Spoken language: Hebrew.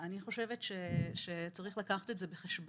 אני חושבת שצריך לקחת את זה בחשבון,